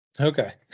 Okay